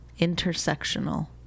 Intersectional